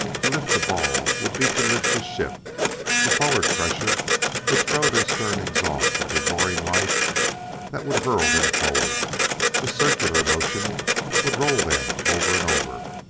to lift the ball would be to lift the ship a forward pressure would throw their stern exhaust into roaring life that would hurl them forward a circular motion would roll them over and over.